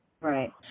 Right